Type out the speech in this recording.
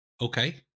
Okay